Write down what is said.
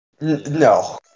No